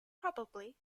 probably